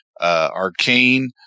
arcane